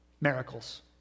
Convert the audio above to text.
miracles